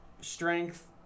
strength